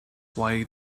why